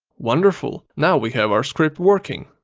wonderful! now we have our script working.